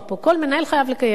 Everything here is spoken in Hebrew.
כל מנהל חייב לקיים את זה.